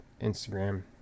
Instagram